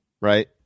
Right